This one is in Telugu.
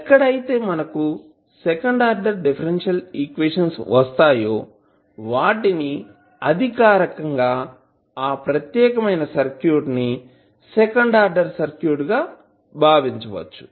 ఎక్కడైతే మనకు సెకండ్ ఆర్డర్ డిఫరెన్షియల్ ఈక్వేషన్స్ వస్తాయో వాటిని అధికారికంగా ఆ ప్రత్యేకమైన సర్క్యూట్ ని సెకండ్ ఆర్డర్ సర్క్యూట్ గా భావించవచ్చు